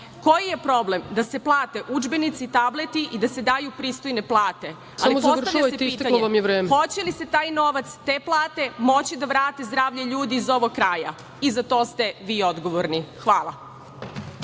Koji je problem da se plate udžbenici, tableti i da se daju pristojne plate. Postavljam pitanje, hoće li se taj novac, te plate, moći da vrate zdravlje ljudi iz ovog kraja i za to ste vi odgovorni. Hvala.